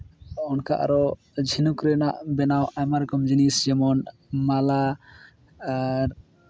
ᱚᱱᱠᱟ ᱟᱨᱚ ᱡᱷᱤᱱᱩᱠ ᱨᱮᱱᱟᱜ ᱵᱮᱱᱟᱣ ᱟᱭᱢᱟ ᱨᱚᱠᱚᱢ ᱡᱤᱱᱤᱥ ᱡᱮᱢᱚᱱ ᱢᱟᱞᱟ ᱟᱨ